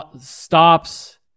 stops